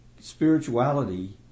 spirituality